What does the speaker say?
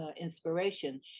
inspiration